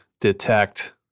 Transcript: detect